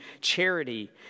charity